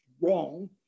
wrong